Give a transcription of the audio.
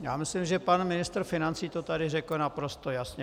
Já myslím, že pan ministr financí to tady řekl naprosto jasně.